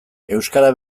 euskara